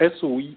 SOE